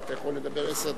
אז אתה יכול לדבר עשר דקות.